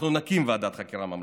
אנחנו נקים ועדת חקירה ממלכתית.